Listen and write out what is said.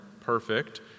perfect